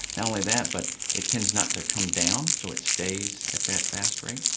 not only that but it tends not to come down, so it stays at that fast rate.